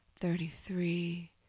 thirty-three